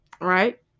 right